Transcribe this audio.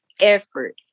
effort